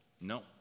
No